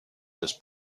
this